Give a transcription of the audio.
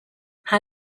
how